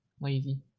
lazy